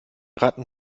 ratten